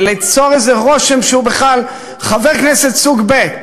וליצור איזה רושם שהוא בכלל חבר כנסת סוג ב'.